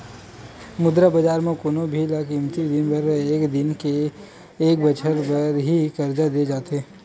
मुद्रा बजार म कोनो भी ल कमती दिन बर एक दिन ले एक बछर बर ही करजा देय जाथे